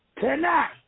tonight